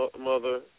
mother